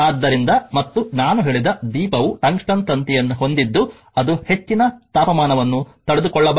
ಆದ್ದರಿಂದ ಮತ್ತು ನಾನು ಹೇಳಿದ ದೀಪವು ಟಂಗ್ಸ್ಟನ್ ತಂತಿಯನ್ನು ಹೊಂದಿದ್ದು ಅದು ಹೆಚ್ಚಿನ ತಾಪಮಾನವನ್ನು ತಡೆದುಕೊಳ್ಳಬಲ್ಲದು